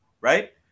Right